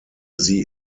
sie